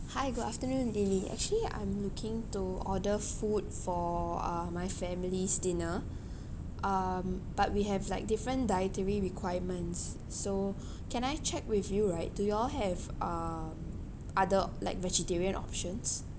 hi good afternoon lily actually I'm looking to order food for uh my family's dinner um but we have like different dietary requirements so can I check with you right do y'all have uh other like vegetarian options